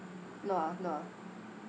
no ah no ah